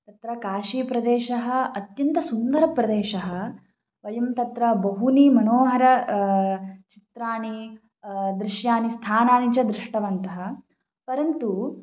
तत्र काशीप्रदेशः अत्यन्तसुन्दरप्रदेशः वयं तत्र बहूनि मनोहर चित्राणि दृश्यानि स्थानानि च दृष्टवन्तः परन्तु